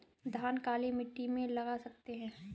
धान काली मिट्टी में लगा सकते हैं?